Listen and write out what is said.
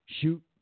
shoot